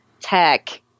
tech